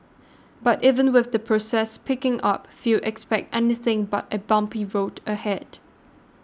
but even with the process picking up few expect anything but a bumpy road ahead